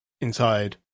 inside